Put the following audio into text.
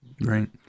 Right